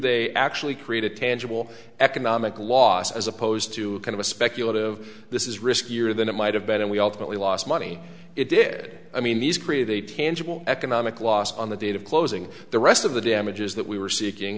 they actually create a tangible economic loss as opposed to kind of a speculative this is riskier than it might have been and we alternately lost money it did i mean these created a tangible economic loss on the date of closing the rest of the damages that we were seeking